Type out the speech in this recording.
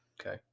Okay